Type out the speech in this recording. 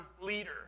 leader